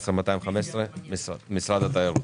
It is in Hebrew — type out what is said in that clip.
₪ בהוצאה מהתקציבים המיועדים לצורך התמודדות עם התפשטות נגף הקורונה.